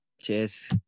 Cheers